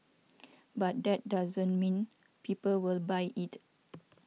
but that doesn't mean people will buy it